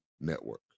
Network